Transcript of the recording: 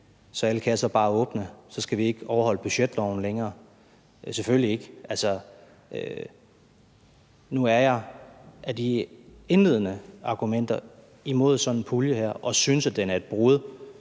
er alle kasser bare åbne, og så skal vi ikke overholde budgetloven længere – selvfølgelig ikke. Nu er jeg med de indledende argumenter imod sådan en pulje her og synes, den er et brud